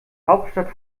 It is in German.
hauptstadt